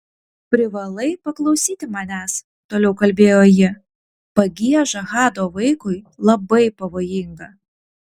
privalai paklausyti manęs toliau kalbėjo ji pagieža hado vaikui labai pavojinga